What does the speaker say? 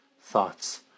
thoughts